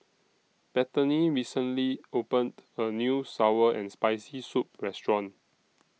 Bethany recently opened A New Sour and Spicy Soup Restaurant